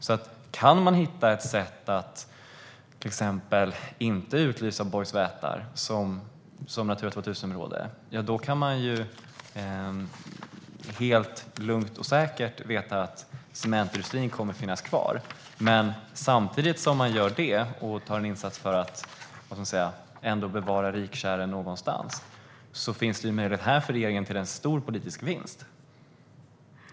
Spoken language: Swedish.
Om man kan hitta ett sätt att inte utlysa till exempel Bojsvätar som Natura 2000-område kan man helt lugnt och säkert veta att cementindustrin kommer att finnas kvar. Men samtidigt som man gör det och åtar sig att göra en insats för att bevara rikkärren någonstans finns det för den här regeringen en möjlighet till en stor politisk vinst.